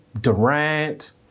Durant